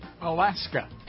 Alaska